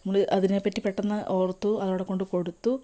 നമ്മള് അതിനെ പറ്റി പെട്ടെന്ന് ഓർത്തു അത് അവിടെ കൊണ്ട് കൊടുത്തു